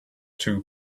two